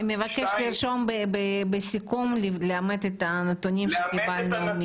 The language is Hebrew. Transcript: אני מבקשת לרשום בסיכום לאמת את הנתונים שקיבלנו ממשרד הבריאות.